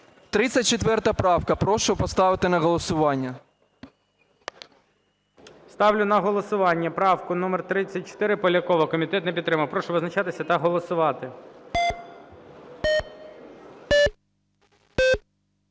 34 правка, прошу поставити на голосування. ГОЛОВУЮЧИЙ. Ставлю на голосування правку номер 34 Полякова. Комітет не підтримав. Прошу визначатися та голосувати.